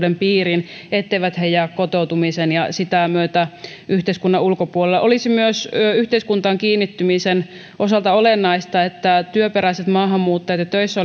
palveluiden piiriin niin etteivät he jää kotoutumisen ja sitä myötä yhteiskunnan ulkopuolelle olisi yhteiskuntaan kiinnittymisen osalta olennaista myös että työperäisten maahanmuuttajien töissä